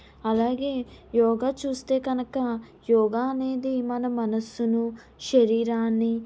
అలాగే యోగా చూస్తే కనుక యోగ అనేది మన మనసును శరీరాన్ని